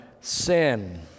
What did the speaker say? sin